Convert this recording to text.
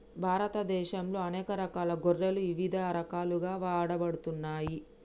భారతదేశంలో అనేక రకాల గొర్రెలు ఇవిధ రకాలుగా వాడబడుతున్నాయి